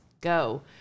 go